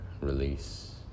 release